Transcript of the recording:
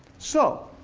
so,